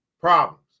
problems